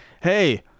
Hey